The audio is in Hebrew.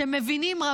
שרבים מבינים,